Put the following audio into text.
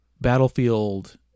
Battlefield